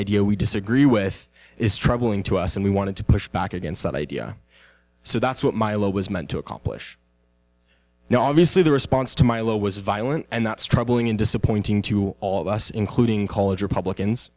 idea we disagree with is troubling to us and we wanted to push back against that idea so that's what was meant to accomplish now obviously the response to milo was violent and that's troubling and disappointing to all of us including college republicans